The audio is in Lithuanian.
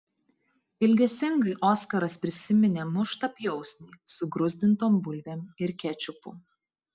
ilgesingai oskaras prisiminė muštą pjausnį su gruzdintom bulvėm ir kečupu